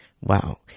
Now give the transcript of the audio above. Wow